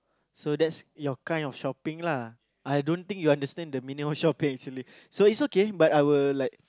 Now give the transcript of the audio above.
so that's your kind of shopping lah I don't think you understand the meaning of shopping actually so it's okay but I will like